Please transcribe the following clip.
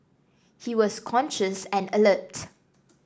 he was conscious and alert